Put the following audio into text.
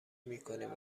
میکنیم